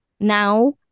now